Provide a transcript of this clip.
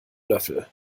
löffel